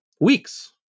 weeks